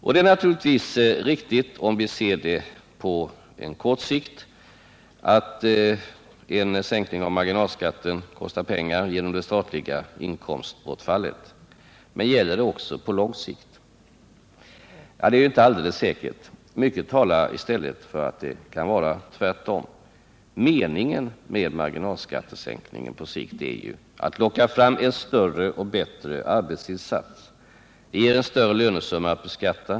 På kort sikt är det naturligtvis riktigt att en sänkning av marginalskatten kostar pengar genom det statliga inkomstbortfallet. Men gäller det också på lång sikt? Det är inte alldeles säkert. Mycket talar för att det kan vara tvärtom. Meningen med marginalskattesänkningen på sikt är ju att locka fram en större och bättre arbetsinsats. Det ger en större lönesumma att beskatta.